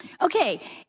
Okay